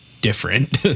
different